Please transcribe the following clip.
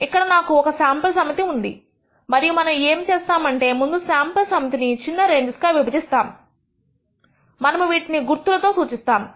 ఇక్కడ నాకు ఒక శాంపుల్ సమితి ఉంది మరియుమనము ఏమి చేస్తాము అంటే ముందు శాంపుల్ సమితి ని చిన్న రేంజ్స్ గా విభజిస్తా ము మనము వీటిని గుర్తులతో సూచిస్తాము